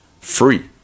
free